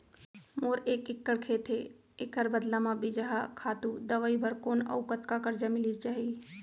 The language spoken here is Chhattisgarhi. मोर एक एक्कड़ खेत हे, एखर बदला म बीजहा, खातू, दवई बर कोन अऊ कतका करजा मिलिस जाही?